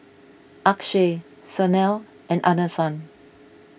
Akshay Sanal and